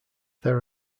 there